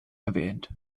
erwähnt